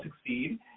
succeed